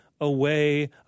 Away